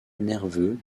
nerveux